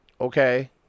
okay